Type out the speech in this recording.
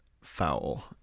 foul